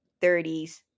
30s